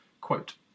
Quote